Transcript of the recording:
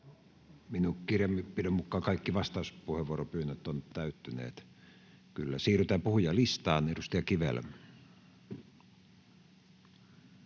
Minun kirjanpitoni mukaan kaikki vastauspuheenvuoropyynnöt ovat täyttyneet. Siirrytään puhujalistaan. — Edustaja Kivelä.